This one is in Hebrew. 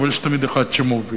אבל יש תמיד אחד שמוביל.